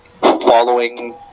following